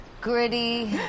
Gritty